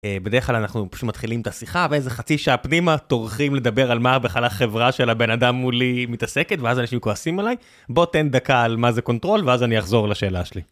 בדרך כלל אנחנו מתחילים את השיחה באיזה חצי שעה פנימה טורחים לדבר על מה בכלל החברה של הבן אדם מולי בכלל מתעסקת ואז אנשים כועסים עליי בוא תן דקה על מה זה קונטרול ואז אני אחזור לשאלה שלי.